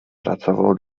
pracował